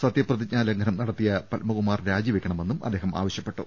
സത്യപ്രതിജ്ഞാ ലംഘനം നടത്തിയ പത്മകുമാർ രാജി വെക്കണമെന്നും അദ്ദേഹം ആവശൃപ്പെട്ടു